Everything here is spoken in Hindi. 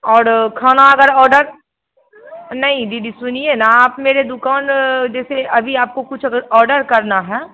और खाना अगर ऑर्डर नहीं दीदी सुनिए ना आप मेरे दुकान जैसे अभी आपको कुछ अगर ऑर्डर करना है